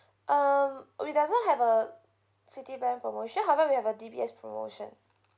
um we doesn't have a Citibank promotion however we have a D_B_S promotion